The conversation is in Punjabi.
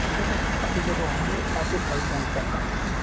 ਠੀਕ ਹੈ ਸਰ ਅਸੀਂ ਜਦੋਂ ਆਵਾਂਗੇ ਆ ਕੇ ਸਾਰੀ ਚੇਂਜ ਕਰ ਦਾਂਗੇ ਸਰ